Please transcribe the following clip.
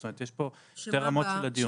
זאת אומרת, יש פה שתי רמות של הדיון.